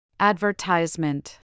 Advertisement